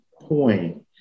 point